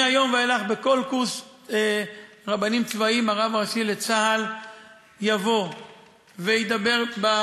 מהיום ואילך בכל קורס רבנים צבאיים הרב הראשי לצה"ל יבוא וידבר עם